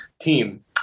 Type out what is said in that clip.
team